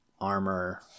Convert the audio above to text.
armor